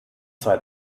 zwei